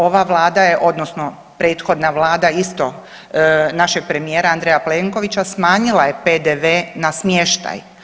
Ova Vlada je odnosno prethodna Vlada isto našeg premijera Andreja Plenkovića smanjila je PDV-e na smještaj.